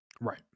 Right